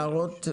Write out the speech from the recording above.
הערות?